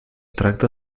tracta